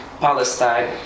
Palestine